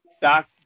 Doc